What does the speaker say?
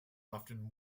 often